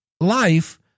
life